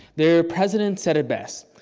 their president said it best,